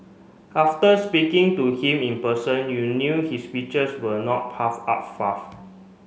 after speaking to him in person you knew his speeches were not puff up fluff